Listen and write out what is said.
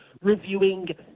reviewing